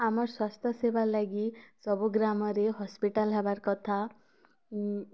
ଆମର ସ୍ୱାସ୍ଥ୍ୟ ସେବାର ଲାଗି ସବୁ ଗ୍ରାମରେ ହସ୍ପିଟାଲ୍ ହେବାର କଥା ଉମ